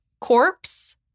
corpse